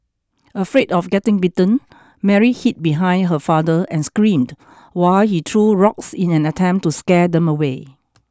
afraid of getting bitten Mary hid behind her father and screamed while he threw rocks in an attempt to scare them away